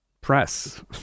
press